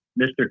Mr